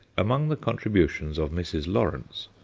among the contributions of mrs. lawrence,